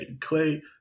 Clay